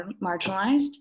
marginalized